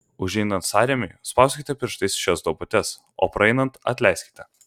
užeinant sąrėmiui spauskite pirštais šias duobutes o praeinant atleiskite